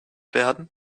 werden